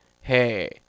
hey